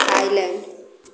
island